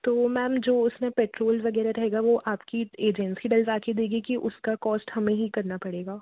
तो मैम जो उसमें पेट्रोल वग़ैरह रहेगा वो आपकी एजेंसी डलवा के देगी कि उसका कॉस्ट हमें ही करना पड़ेगा